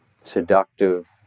seductive